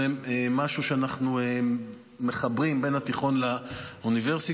זה משהו שאנחנו מחברים בין התיכון לאוניברסיטה,